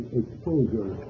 exposure